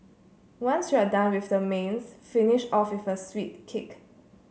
once you're done with the mains finish off with a sweet kick